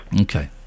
Okay